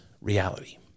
reality